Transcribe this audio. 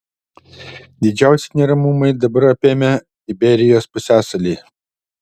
didžiausi neramumai dabar apėmę iberijos pusiasalį